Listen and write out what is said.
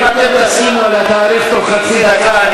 אם אתם תסכימו על התאריך בתוך חצי דקה,